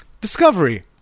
Discovery